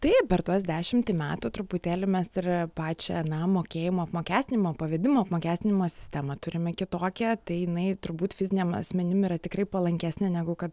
beje per tuos dešimtį metų truputėlį mes ir pačią na mokėjimo apmokestinimo pavedimo apmokestinimo sistemą turime kitokią tai jinai turbūt fiziniam asmenim yra tikrai palankesnė negu kad